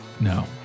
No